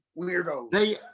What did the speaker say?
weirdos